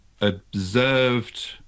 observed